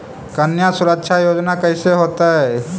कन्या सुरक्षा योजना कैसे होतै?